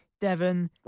Devon